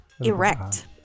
erect